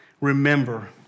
remember